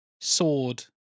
Sword